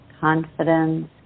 confidence